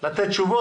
לתת תשובות.